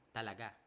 Talaga